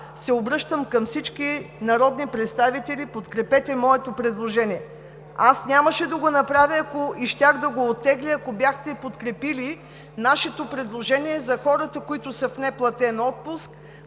се обръщам към всички народни представители – подкрепете моето предложение. Аз нямаше да го направя и щях да го оттегля, ако бяхте подкрепили нашето предложение за хората, които са в неплатен отпуск,